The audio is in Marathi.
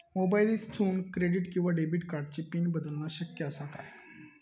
मोबाईलातसून क्रेडिट किवा डेबिट कार्डची पिन बदलना शक्य आसा काय?